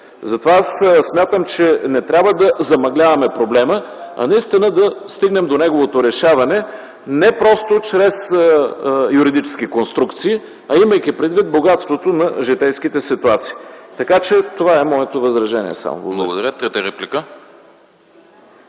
Затова смятам, че не трябва да замъгляваме проблема, а да стигнем до неговото решаване – не чрез юридически конструкции, а имайки предвид богатството на житейските ситуации. Това е моето възражение.